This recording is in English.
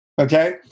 Okay